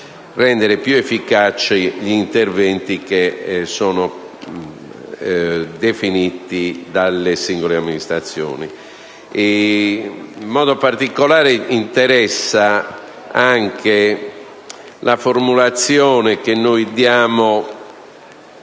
rendere piu efficaci gli interventi che sono definiti dalle singole amministrazioni. In modo particolare, interessa anche la formulazione che noi diamo